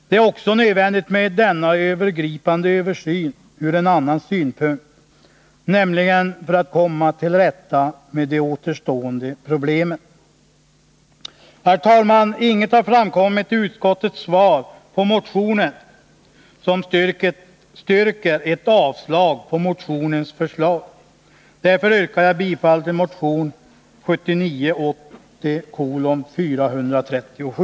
Det är också nödvändigt med denna övergripande översyn ur en annan synpunkt, nämligen för att komma till rätta med de återstående problemen. Herr talman! Inget har framkommit i utskottets yttrande som styrker ett yrkande om avslag på motionen. Därför yrkar jag bifall till motion 1979/80:437.